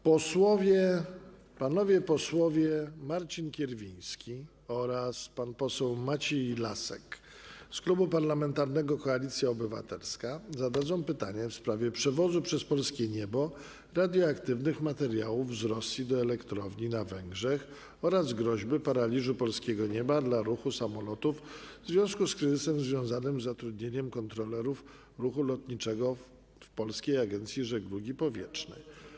Panowie posłowie Marcin Kierwiński oraz Maciej Lasek z Klubu Parlamentarnego Koalicja Obywatelska zadadzą pytanie w sprawie przewozu przez polskie niebo radioaktywnych materiałów z Rosji do elektrowni na Węgrzech oraz groźby paraliżu polskiego nieba dla ruchu samolotów w związku z kryzysem związanym z zatrudnieniem kontrolerów ruchu lotniczego w Polskiej Agencji Żeglugi Powietrznej.